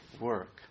work